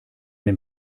dem